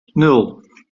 nul